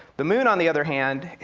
the moon, on the other hand,